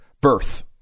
birth